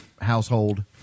household